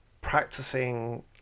practicing